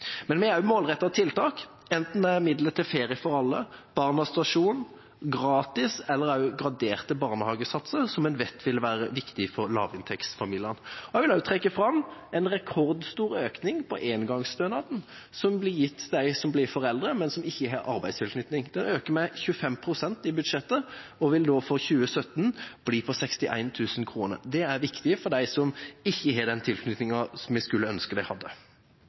Vi har også målrettede tiltak, enten det er midler til Ferie for alle, Barnas Stasjon, gratis eller graderte barnehagesatser, som en vet vil være viktig for lavinntektsfamiliene. Jeg vil også trekke fram en rekordstor økning på engangsstønaden som blir gitt til dem som blir foreldre, men som ikke har arbeidstilknytning. Den øker med 25 pst. i budsjettet og vil da for 2017 bli på 61 000 kr. Det er viktig for dem som ikke har den tilknytningen vi skulle ønske de hadde.